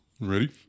Ready